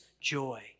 joy